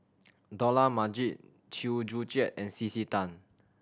Dollah Majid Chew Joo Chiat and C C Tan